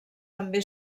també